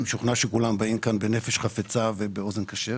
אני משוכנע שכולם באים לכאן בנפש חפצה ובאוזן קשבת.